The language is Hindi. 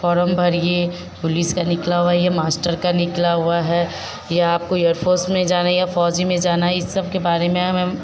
फोरम भरिए पुलिस का निकला हुआ है यह माश्टर का निकला हुआ है या आपको एयरफोर्स में जाना या फौज में जाना है इस सब के बारे में हमें